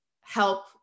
help